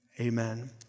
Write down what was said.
Amen